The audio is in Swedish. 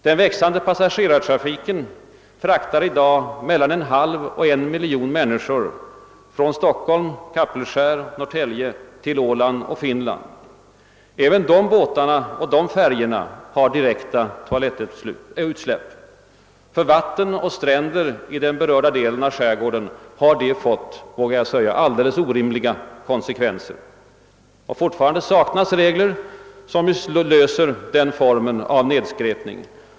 Den växande passagerartrafiken fraktar i dag mellan en halv och en miljon människor från Stockholm, Kapellskär och Norrtälje till åland och Finland. Även dessa båtar och färjor har direkta toalettutsläpp. För vatten och stränder i den berörda delen av skärgården har detta fått orimliga konsekvenser. Fortfarande saknas i stort sett regler för att lösa problemen med denna form av nedskräpning.